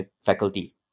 faculty